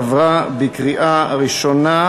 עברה בקריאה ראשונה,